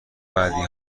بدیهایی